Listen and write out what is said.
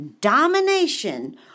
domination